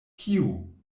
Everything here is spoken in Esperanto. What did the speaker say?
kiu